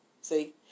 See